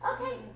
Okay